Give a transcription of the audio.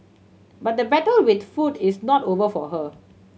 but the battle with food is not over for her